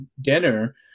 dinner